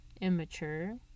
immature